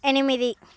ఎనిమిది